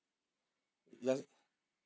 ya